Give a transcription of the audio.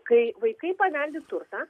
kai vaikai paveldi turtą